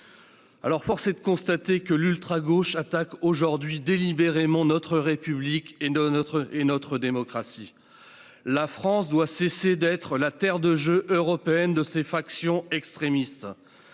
... Force est de constater que l'ultragauche attaque aujourd'hui délibérément notre République et notre démocratie. La France doit cesser d'être la terre de jeu européenne de ces factions extrémistes.